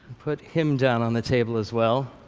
put him down on the table as well.